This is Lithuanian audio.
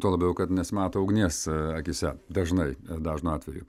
tuo labiau kad nesimato ugnies akyse dažnai ir dažnu atveju